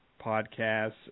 podcasts